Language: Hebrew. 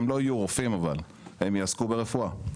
אבל הם לא יהיו רופאים, הם יעסקו ברפואה.